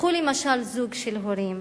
קחו למשל זוג הורים